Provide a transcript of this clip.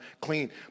clean